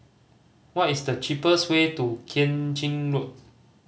what is the cheapest way to Keng Chin Road